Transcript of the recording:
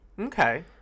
Okay